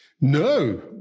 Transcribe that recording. No